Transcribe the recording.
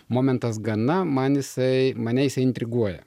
momentas gana man jisai mane jis intriguoja